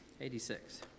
Eighty-six